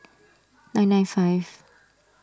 nine nine five